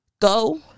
Go